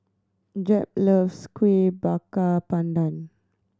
Jep loves Kueh Bakar Pandan